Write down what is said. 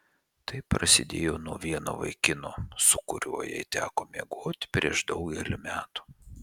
tai prasidėjo nuo vieno vaikino su kuriuo jai teko miegoti prieš daugelį metų